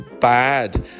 bad